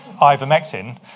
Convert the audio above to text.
ivermectin